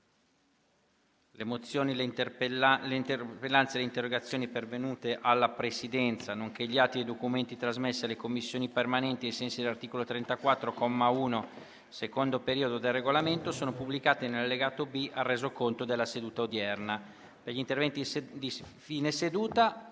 Le mozioni, le interpellanze e le interrogazioni pervenute alla Presidenza, nonché gli atti e i documenti trasmessi alle Commissioni permanenti ai sensi dell'articolo 34, comma 1, secondo periodo, del Regolamento sono pubblicati nell'allegato B al Resoconto della seduta odierna. **Ordine del giorno per la